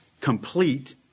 complete